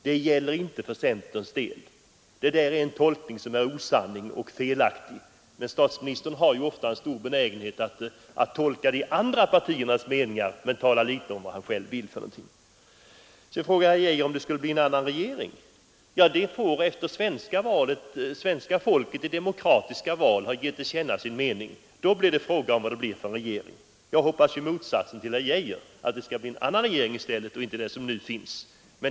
Detta gäller inte för centerns del. Det är en tolkning som är osann och felaktig. Men statsministern har ofta en stor benägenhet att tolka de andra partiernas meningar och tala litet om vad han själv vill. Sedan frågade herr Arne Geijer hur det skulle bli med en annan regering. Ja, svenska folket får i höstens val i demokratisk anda ge sin mening till känna. Därefter får vi se vilken regering det blir. Jag hoppas i motsats till herr Geijer att det blir en annan regering än den nuvarande.